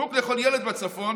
חוג לכל ילד בצפון